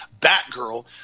Batgirl